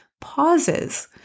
pauses